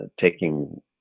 taking